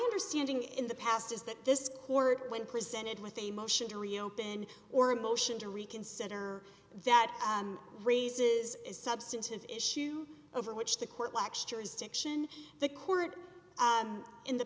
understanding in the past is that this court when presented with a motion to reopen or a motion to reconsider that raises is substantive issue over which the court lacks jurisdiction the court in the